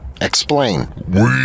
Explain